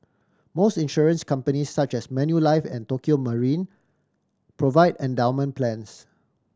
most insurance company such as Manulife and Tokio Marine provide endowment plans